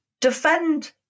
defend